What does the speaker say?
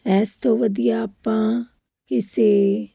ਇਸ ਤੋਂ ਵਧੀਆ ਆਪਾਂ ਕਿਸੇ